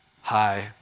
hi